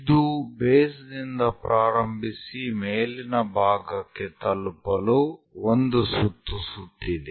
ಇದು ಬೇಸ್ ನಿಂದ ಪ್ರಾರಂಭಿಸಿ ಮೇಲಿನ ಭಾಗಕ್ಕೆ ತಲುಪಲು ಒಂದು ಸುತ್ತು ಸುತ್ತಿದೆ